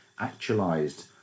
Actualized